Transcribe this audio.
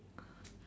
sigh